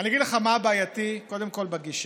אגיד לך מה בעייתי, קודם כול בגישה: